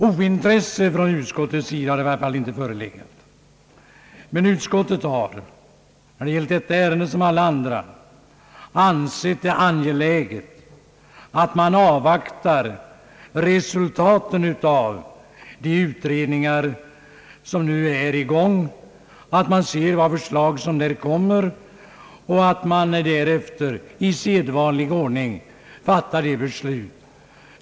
Något ointresse från utskottet har i varje fall inte förelegat. Utskottet har dock när det gällt detta ärende liksom alla andra ärenden ansett det angeläget att beakta resultaten av pågående utredningar, att se vilka förslag dessa utredningar avlämnar och att därefter i sedvanlig ordning fatta beslut.